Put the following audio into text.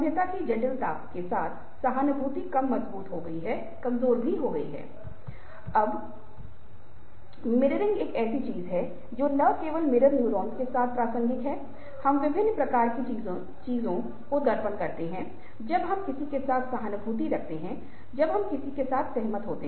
तो एक जटिल संदेश को संप्रेषित करने के लिए 2 लोगों से पूछें पहला व्यक्ति बोलता है दूसरा व्यक्ति उसे पैराफ्रीज़ करता है इसका कितना प्रसारण किया गया है क्योंकि आप देखते हैं कि जब संदेश का कंटेंट लोड ब ढ़ता है तो उसे याद रखने की क्षमता कम हो जाती है